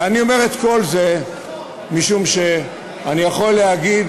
אני אומר את כל זה משום שאני יכול להגיד,